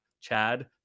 Chad